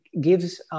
gives